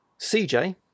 CJ